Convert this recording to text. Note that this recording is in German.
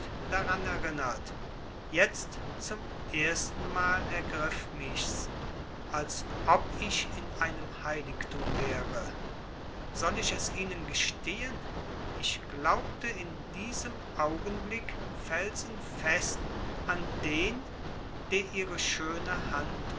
daran erinnert jetzt zum erstenmal ergriff michs als ob ich in einem heiligtum wäre soll ich es ihnen gestehen ich glaubte in diesem augenblick felsenfest an den den ihre schöne hand